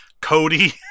cody